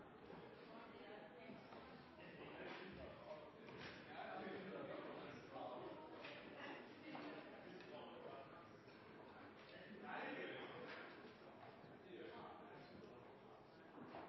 det eneste